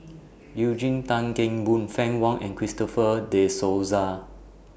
Eugene Tan Kheng Boon Fann Wong and Christopher De Souza